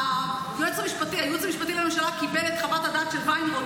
הייעוץ המשפטי לממשלה קיבל את חוות הדעת של וינרוט